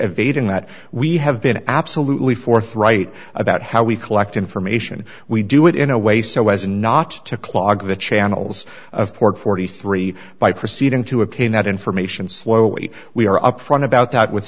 evading that we have been absolutely forthright about how we collect information we do it in a way so as not to clog the channels of port forty three by proceeding to obtain that information slowly we are upfront about that with